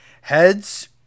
Heads